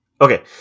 Okay